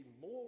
more